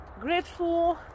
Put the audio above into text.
grateful